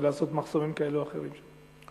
לעשות מחסומים כאלה או אחרים שם.